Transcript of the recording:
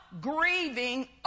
grieving